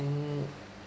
mm